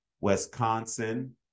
Wisconsin